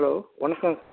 hello வணக்கம்